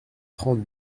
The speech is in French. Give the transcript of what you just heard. trente